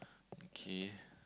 okay